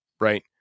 right